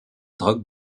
drogue